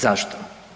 Zašto?